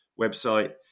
website